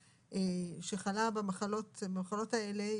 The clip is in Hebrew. יש חשיבות מאוד גדולה לאינטנסיביות של הדיון